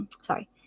sorry